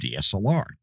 DSLR